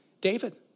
David